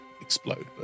explode